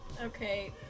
Okay